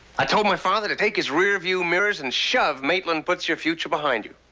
i told my father to take his rearview mirrors, and shove, maitland puts your future behind you.